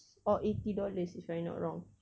or eighty dollars if I not wrong